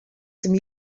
some